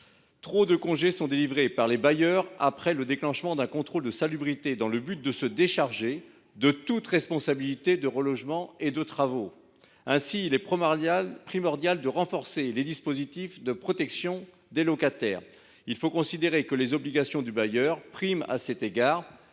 trop de congés sont délivrés par les bailleurs après le déclenchement d’un contrôle de salubrité dans le but de se dégager de toute responsabilité de relogement et de travaux. Ainsi, il est primordial de renforcer les dispositifs de protection des locataires. Il faut considérer que les obligations du bailleur priment à cet égard,